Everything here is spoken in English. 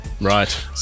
right